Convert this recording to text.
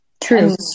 True